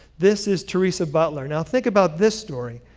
this is theresa butler. now think about this story.